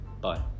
Bye